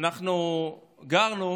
אנחנו גרנו,